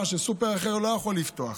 מה שסופר אחר לא יכול לפתוח.